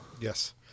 Yes